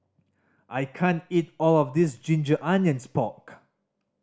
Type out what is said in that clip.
I can't eat all of this ginger onions pork